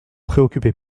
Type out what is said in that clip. préoccupez